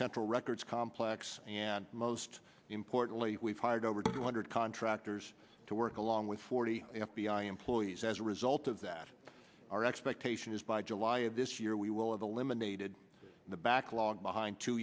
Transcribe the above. central records complex and most importantly we've hired over two hundred contractors to work along with forty f b i employees as a result of that our expectation is by july of this year we will of the limb unaided the backlog behind two